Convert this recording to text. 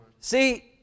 See